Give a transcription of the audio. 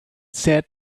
sat